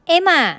Emma